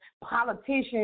politicians